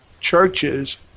churches